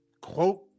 quote